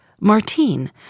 Martine